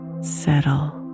settle